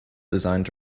designed